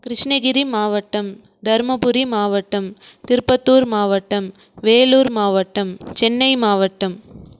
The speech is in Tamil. கிருஷ்ணகிரி மாவட்டம் தர்மபுரி மாவட்டம் திருப்பத்தூர் மாவட்டம் வேலூர் மாவட்டம் சென்னை மாவட்டம்